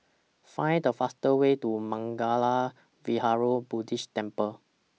Find The fastest Way to Mangala Vihara Buddhist Temple